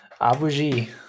Abuji